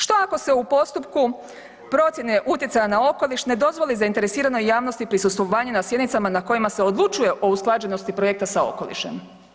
Što ako se u postupku procjene utjecaja na okoliš ne dozvoli zainteresiranoj javnosti prisustvovanje na sjednicama na kojima se odlučuje o usklađenosti projekta sa okolišem?